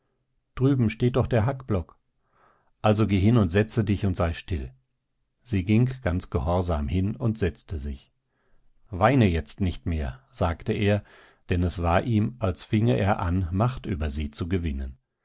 drüben steht doch der hackblock also geh hin und setze dich und sei still sie ging ganz gehorsam hin und setzte sich weine jetzt nicht mehr sagte er denn es war ihm als finge er an macht über sie zu gewinnen